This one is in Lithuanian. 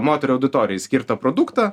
moterų auditorijai skirtą produktą